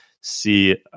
see